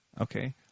Okay